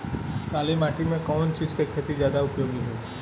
काली माटी में कवन चीज़ के खेती ज्यादा उपयोगी होयी?